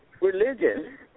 Religion